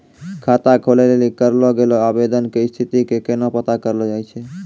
खाता खोलै लेली करलो गेलो आवेदन के स्थिति के केना पता करलो जाय छै?